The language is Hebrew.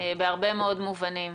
בהרבה מאוד מובנים.